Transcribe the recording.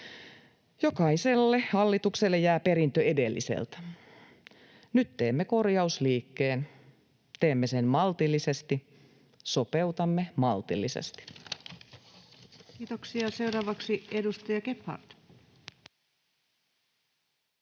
Jokaiselle hallitukselle jää perintö edelliseltä. Nyt teemme korjausliikkeen. Teemme sen maltillisesti, sopeutamme maltillisesti. [Speech 516] Speaker: